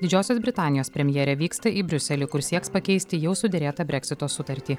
didžiosios britanijos premjerė vyksta į briuselį kur sieks pakeisti jau suderėtą breksito sutartį